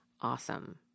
awesome